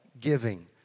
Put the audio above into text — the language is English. giving